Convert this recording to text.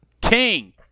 King